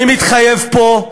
אני מתחייב פה,